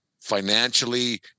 financially